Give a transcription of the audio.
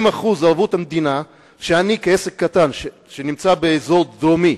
70% ערבות המדינה, ואני, בעל עסק קטן באזור הדרום,